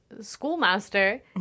schoolmaster